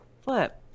Flip